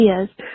ideas